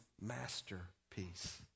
masterpiece